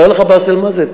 אומר לך, באסל, מה זה?